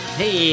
hey